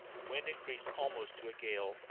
the wind increased almost to a gale,